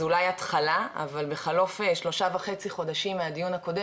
זו אולי התחלה אבל בחלוף שלושה וחצי חודשים מהדיון הקודם,